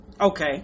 Okay